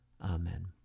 Amen